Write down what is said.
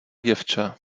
děvče